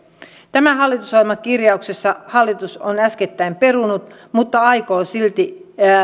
tämän hallitusohjelmakirjauksensa hallitus on äskettäin perunut mutta aikoo silti